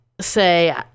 say